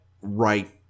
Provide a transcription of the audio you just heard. right